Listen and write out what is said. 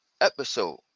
episode